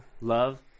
love